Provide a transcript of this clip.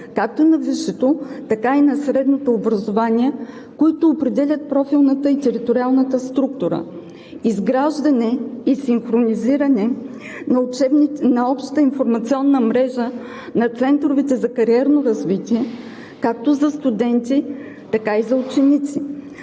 както на висшето, така и на средното образование, които определят профилната и териториалната структура. - Изграждане и синхронизиране на обща информационна мрежа на центровете за кариерно развитие както за студенти, така и за ученици.